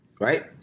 right